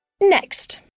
Next